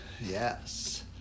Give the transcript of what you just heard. yes